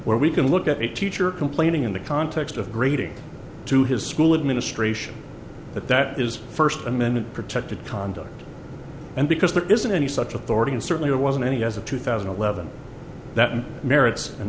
where we can look at a teacher complaining in the context of grading to his school administration but that is first amendment protected conduct and because there isn't any such authority and certainly wasn't any as of two thousand and eleven that merits and